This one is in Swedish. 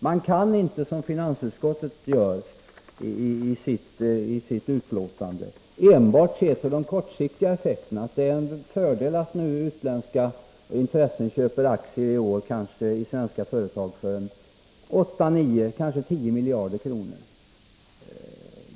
Man kan inte som finansutskottet göri sitt betänkande enbart se till de kortsiktiga effekterna och säga att det är en fördel att utländska intressen i år köper aktier i svenska företag för kanske 810 miljarder kronor.